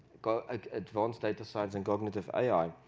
ah advanced data sites and cognitive ai.